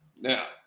Now